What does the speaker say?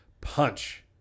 punch